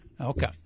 Okay